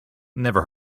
never